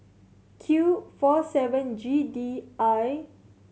Q four seven G D I